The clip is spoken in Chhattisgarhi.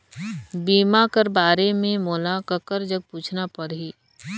बीमा कर बारे मे मोला ककर जग पूछना परही?